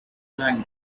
رنگ